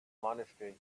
monastery